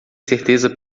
certeza